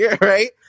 right